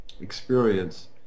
experience